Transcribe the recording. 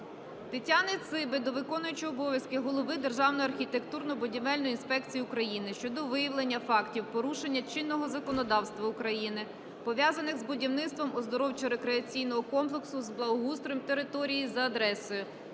Тетяни Циби до виконуючого обов'язки голови Державної архітектурно-будівельної інспекції України щодо виявлення фактів порушення чинного законодавства України, пов'язаних з будівництвом "Оздоровчо-рекреаційного комплексу з благоустроєм території за адресою: